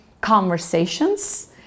conversations